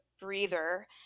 breather